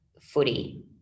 footy